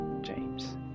James